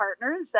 partners